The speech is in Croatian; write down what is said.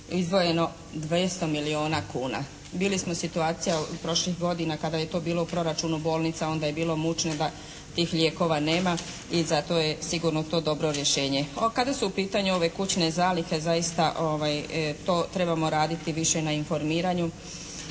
izdvojeno 200 milijuna kuna. Bili smo situacija prošlih godina kada je to bilo u proračunu bolnica onda je bilo mučno da tih lijekova nema i zato je sigurno to dobro rješenje. Kada su u pitanju ove kućne zalihe zaista to trebamo raditi više na informiranju,